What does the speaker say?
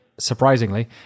surprisingly